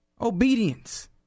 obedience